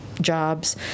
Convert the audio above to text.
jobs